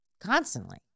constantly